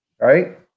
Right